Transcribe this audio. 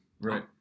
right